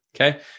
okay